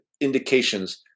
indications